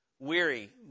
Weary